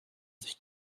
sich